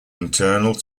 internal